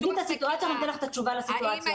אנחנו ניתן לך את התשובה לסיטואציה.